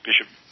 Bishop